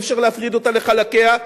אי-אפשר להפריד אותה לחלקיה.